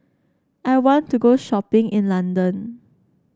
I want to go shopping in London